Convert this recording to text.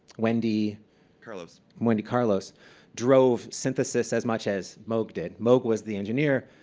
wendy carlos wendy carlos drove synthesis as much as moge did. moge was the engineer.